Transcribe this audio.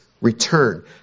return